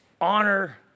honor